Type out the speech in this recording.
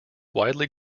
widely